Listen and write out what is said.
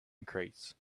crates